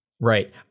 Right